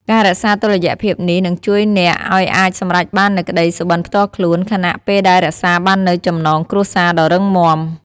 ការរក្សាតុល្យភាពនេះ នឹងជួយអ្នកឲ្យអាចសម្រេចបាននូវក្ដីសុបិនផ្ទាល់ខ្លួន ខណៈពេលដែលរក្សាបាននូវចំណងគ្រួសារដ៏រឹងមាំ ។